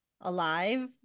alive